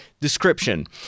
description